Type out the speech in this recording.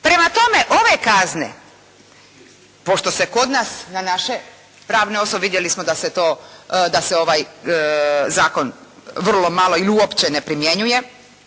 Prema tome, ove kazne pošto se kod nas na naše pravne osobe vidjeli smo da se to, da se zakon vrlo malo ili uopće ne primjenjuje.